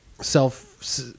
Self